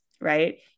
right